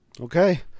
Okay